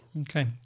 Okay